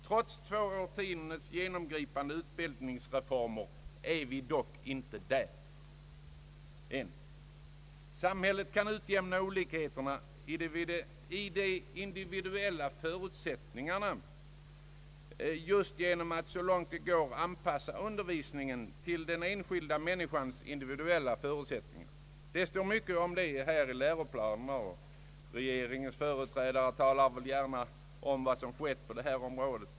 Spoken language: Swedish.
Trots två årtiondens genomgripande utbildningsreformer är vi inte där än. Samhället kan utjämna olikheterna i de individuella förutsättningarna just genom att så långt det går anpassa undervisningen till den enskilda människans individuella förutsättningar. Det står mycket om detta i läroplanerna, och regeringens företrädare talar gärna om vad som har skett på det här området.